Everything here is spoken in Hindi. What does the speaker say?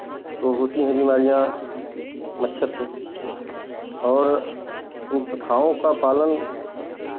तो होती है बीमारियाँ मच्छर से और उन कथाओं का पालन